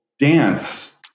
Dance